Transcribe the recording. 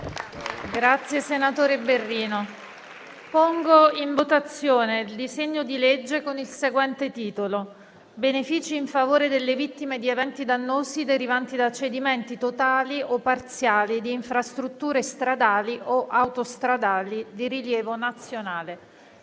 nn. 794 e 868, nel suo complesso, con il seguente titolo: «Benefici in favore delle vittime di eventi dannosi derivanti da cedimenti totali o parziali di infrastrutture stradali o autostradali di rilievo nazionale».